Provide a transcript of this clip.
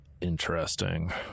Interesting